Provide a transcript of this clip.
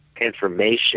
information